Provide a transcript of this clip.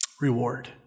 Reward